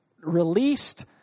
released